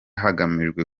hagamijwe